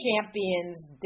Champions